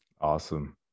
Awesome